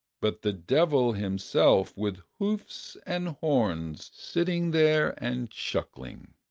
but the devil himself with hoofs and horns, sitting there and chuckling,